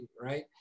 right